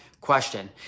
question